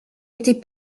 était